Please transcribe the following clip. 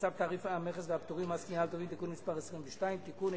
צו תעריף המכס והפטורים ומס קנייה על טובין (תיקון מס' 22) (תיקון),